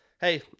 hey